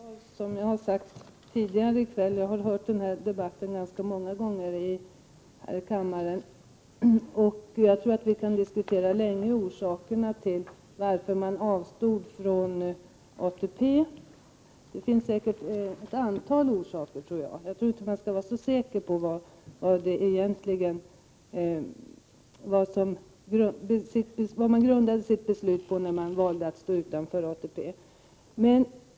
Herr talman! Jag har, som jag sagt tidigare i kväll, hört den här debatten ganska många gånger i kammaren. Jag tror att vi kan hålla på länge och diskutera orsakerna till varför man avstod från ATP. Det finns säkert ett antal orsaker. Jag tror inte att man skall vara så säker när det gäller de skäl på vilka man grundade sitt beslut att stå utanför ATP.